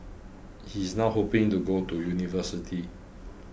he is now hoping to go to university